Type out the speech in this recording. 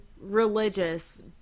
religious